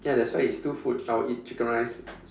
ya that's why it's two food I would eat chicken rice